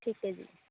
ਠੀਕ ਹੈ ਜੀ